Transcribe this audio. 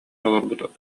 олорбут